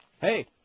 Hey